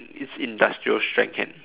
it's industrial strength hand